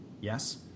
Yes